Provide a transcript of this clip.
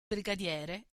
brigadiere